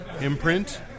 imprint